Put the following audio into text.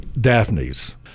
Daphne's